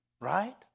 Right